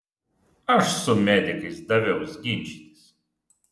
aš su medikais daviaus ginčytis